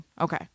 okay